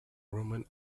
roman